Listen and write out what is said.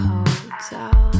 Hotel